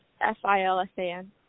F-I-L-S-A-N